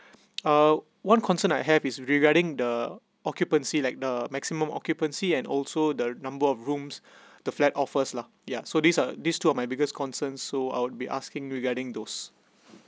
uh one concern I have is regarding the occupancy like the maximum occupancy and also the number of rooms the flat offers lah yeah so these are these two are my biggest concern so I would be asking regarding those